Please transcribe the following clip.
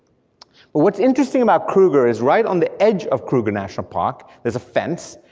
what's interesting about kruger is right on the edge of kruger national park there's a fence,